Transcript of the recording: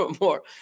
more